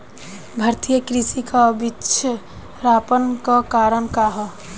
भारतीय कृषि क पिछड़ापन क कारण का ह?